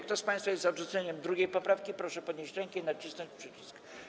Kto z państwa jest za odrzuceniem 2. poprawki, proszę podnieść rękę i nacisnąć przycisk.